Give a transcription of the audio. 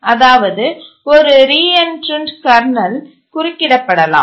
அதாவது ஒரு reentrant kernel குறுக்கிடப்படலாம்